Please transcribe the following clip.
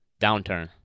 downturn